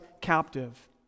captive